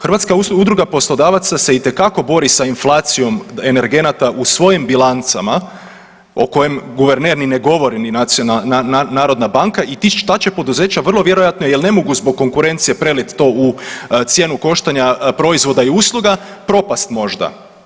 Hrvatska udruga poslodavaca se itekako bori sa inflacijom energenata u svojim bilancama o kojem guverner ni ne govori ni narodna banka i ta će poduzeća vrlo vjerojatno jer ne mogu zbog konkurencije prelit to u cijenu koštanja proizvoda i usluga propast možda.